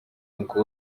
uncle